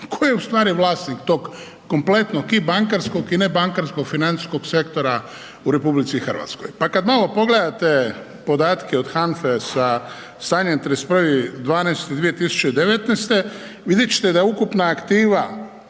tko je u stvari vlasnik tog kompletnog i nebankarskog financijskog sektora u RH. Pa kad malo pogledate podatke od HANFE sa stanjem 31.12.2019. vidjet ćete da je ukupna aktiva